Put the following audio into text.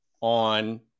on